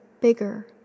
bigger